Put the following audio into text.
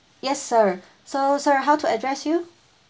yes sir so sir how to address you